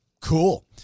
Cool